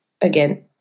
again